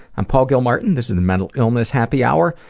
i'm paul gilmartin, this is the mental illness happy hour,